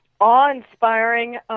awe-inspiring